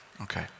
Okay